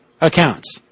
accounts